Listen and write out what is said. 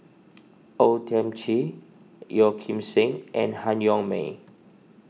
O Thiam Chin Yeo Kim Seng and Han Yong May